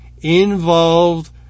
involved